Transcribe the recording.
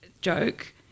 joke